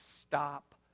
stop